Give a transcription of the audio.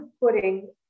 putting